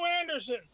Anderson